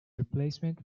replacement